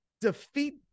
defeat